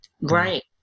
right